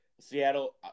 Seattle